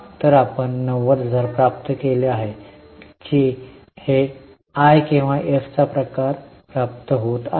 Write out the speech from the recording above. तर आपण 90000 प्राप्त केले आहे की हे मी किंवा एफ प्रकार प्राप्त आहे